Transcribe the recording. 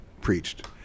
preached